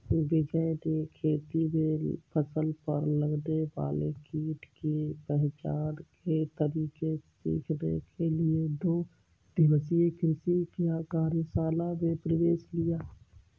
विजय ने खेती में फसल पर लगने वाले कीट के पहचान के तरीके सीखने के लिए दो दिवसीय कृषि कार्यशाला में प्रवेश लिया